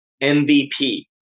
MVP